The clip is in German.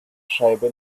scheibe